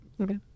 Okay